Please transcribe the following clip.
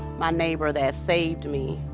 my neighbor that saved me.